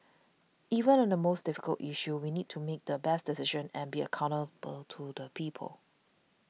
even on the most difficult issue we need to make the best decision and be accountable to the people